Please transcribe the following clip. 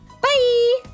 Bye